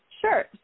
Sure